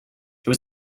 was